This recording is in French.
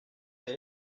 qu’à